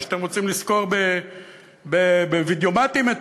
או שאתם רוצים לשכור בווידיאומטים את